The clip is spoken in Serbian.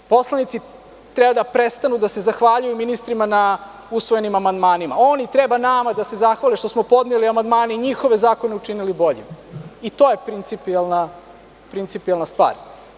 Poslanici treba da treba da se zahvaljuju ministrima na usvojenim amandmanima, oni treba nama da se zahvale što smo podneli amandmane i njihovi zakone učinili boljim, to je principijelna stvar.